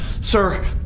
sir